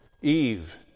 Eve